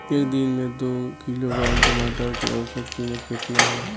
एक दिन में दो किलोग्राम टमाटर के औसत कीमत केतना होइ?